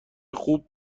خوب